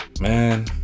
man